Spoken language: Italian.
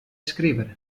scrivere